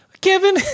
Kevin